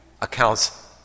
accounts